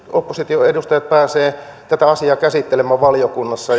opposition edustajat pääsevät tätä asiaa käsittelemään valiokunnassa